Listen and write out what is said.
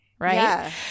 Right